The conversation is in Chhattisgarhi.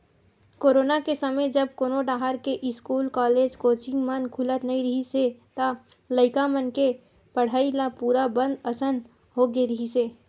कोरोना के समे जब कोनो डाहर के इस्कूल, कॉलेज, कोचिंग मन खुलत नइ रिहिस हे त लइका मन के पड़हई ल पूरा बंद असन होगे रिहिस हे